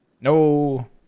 no